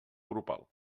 grupal